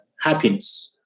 happiness